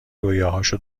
رویاهاشو